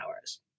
hours